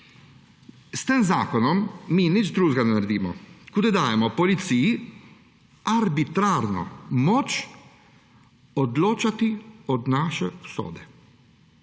s tem zakonom mi nič drugega ne naredimo, kot da dajemo policiji arbitrarno moč odločati o naši usodi.